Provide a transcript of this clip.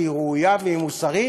כי היא ראויה והיא מוסרית,